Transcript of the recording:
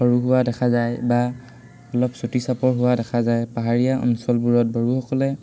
সৰু হোৱা দেখা যায় বা অলপ ছুটি চাপৰ হোৱা দেখা যায় পাহাৰীয়া অঞ্চলবোৰত বড়োসকলে